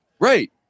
Right